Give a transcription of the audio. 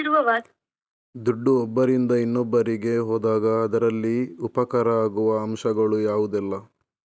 ದುಡ್ಡು ಒಬ್ಬರಿಂದ ಇನ್ನೊಬ್ಬರಿಗೆ ಹೋದಾಗ ಅದರಲ್ಲಿ ಉಪಕಾರ ಆಗುವ ಅಂಶಗಳು ಯಾವುದೆಲ್ಲ?